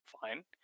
fine